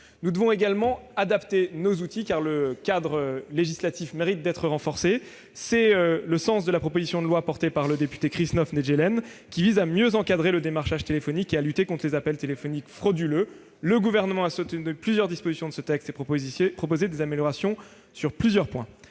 Nous devons également adapter nos outils, car le cadre législatif mérite d'être renforcé. C'est le sens de la proposition de loi, portée par le député Christophe Naegelen, visant à encadrer le démarchage téléphonique et à lutter contre les appels frauduleux. Le Gouvernement a soutenu plusieurs dispositions de ce texte et proposé des améliorations sur plusieurs points.